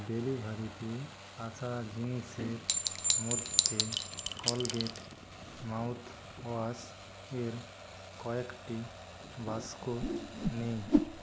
ডেলিভারিতে আসা জিনিসের মধ্যে কলগেট মাউথ ওয়াশ এর কয়েকটি বাক্স নেই